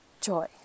joy